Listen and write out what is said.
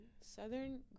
Southern